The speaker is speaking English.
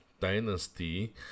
dynasty